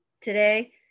today